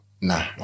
Nah